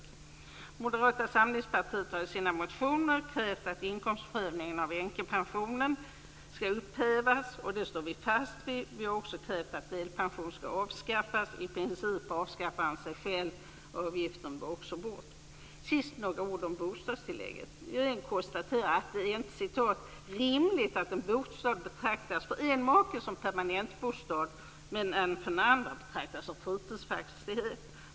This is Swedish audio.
Vi i Moderata samlingspartiet kräver i våra motioner att inkomstprövningen av änkepensionen skall upphävas. Detta står vi fast vid. Vi har också krävt att delpensionen skall avskaffas. I princip avskaffar den sig själv, men avgiften bör också tas bort. Sedan några ord om bostadstillägget. Regeringen konstaterar: Det är "inte rimligt att en bostad betraktas för en make som permanentbostad medan den för den andre betraktas som fritidsfastighet".